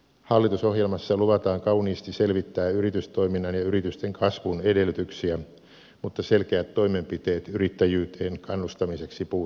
hallitusohjelmassa luvataan kauniisti selvittää yritystoiminnan ja yritysten kasvun edellytyksiä mutta selkeät toimenpiteet yrittäjyyteen kannustamiseksi puuttuvat